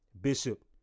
Bishop